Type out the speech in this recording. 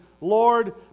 Lord